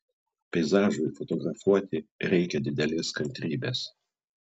peizažui fotografuoti reikia didelės kantrybės